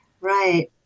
Right